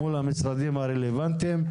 מול המשרדים הרלוונטיים,